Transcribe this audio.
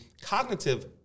cognitive